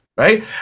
Right